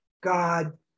God